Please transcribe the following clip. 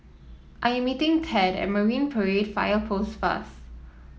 I am meeting Thad at Marine Parade Fire Post first